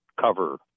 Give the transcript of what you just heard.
cover